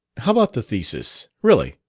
how about the thesis, really?